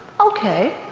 okay.